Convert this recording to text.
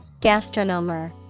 gastronomer